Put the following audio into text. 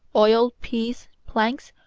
oil, peas, planks,